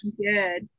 good